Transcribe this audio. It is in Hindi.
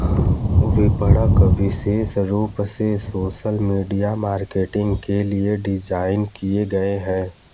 विपणक विशेष रूप से सोशल मीडिया मार्केटिंग के लिए डिज़ाइन किए गए है